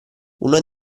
una